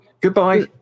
goodbye